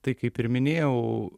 tai kaip ir minėjau